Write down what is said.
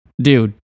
Dude